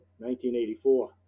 1984